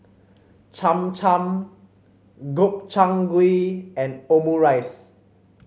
Cham Cham Gobchang Gui and Omurice